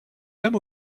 même